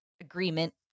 Agreement